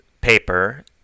paper